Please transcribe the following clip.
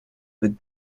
with